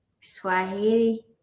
Swahili